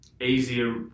easier